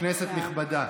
כנסת נכבדה,